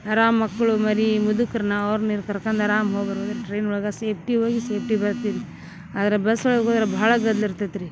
ಅರಾಮ ಮಕ್ಕಳು ಮರಿ ಮುದಕ್ರನ ಅವ್ರ್ನ ಇವ್ರ ಕರ್ಕಂದು ಅರಾಮ ಹೋಗ ಬರ್ಬೋದು ಟ್ರೈನೊಳಗ ಸೇಫ್ಟಿ ಹೋಗಿ ಸೇಫ್ಟಿ ಬರ್ತೀವ್ರಿ ಆದ್ರೆ ಬಸ್ಸೊಳಗ ಹೋದ್ರ ಭಾಳ ಗದ್ದಲ ಇರ್ತತ್ರಿ